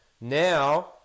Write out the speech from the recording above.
Now